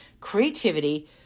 creativity